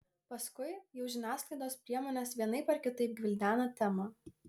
paskui jau žiniasklaidos priemonės vienaip ar kitaip gvildena temą